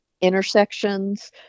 Intersections